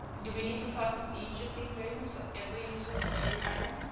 do we need to process each of these ratings for every user for every item